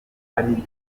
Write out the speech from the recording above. ari